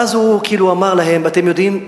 ואז הוא כאילו אמר להם: אתם יודעים,